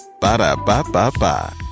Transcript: Ba-da-ba-ba-ba